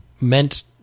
meant